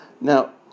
Now